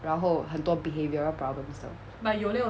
然后很多 behavioural problems 的